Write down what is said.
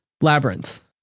Labyrinth